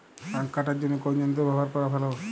আঁখ কাটার জন্য কোন যন্ত্র ব্যাবহার করা ভালো?